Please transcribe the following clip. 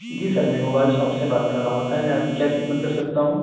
جی sir میں mobile shop سے بات کر رہا ہوں بتائیں میں آپ کی کیا خدمت کر سکتا ہوں